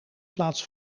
plaats